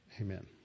amen